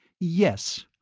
yes!